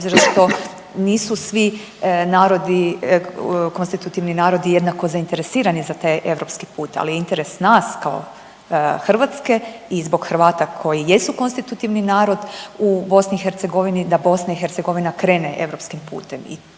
obzira što nisu svi narodi, konstitutivni narodi jednako zainteresirani za taj europski put, ali interes nas kao Hrvatske i zbog Hrvata koji jesu konstitutivni narod u BiH, da BiH krene europskim putem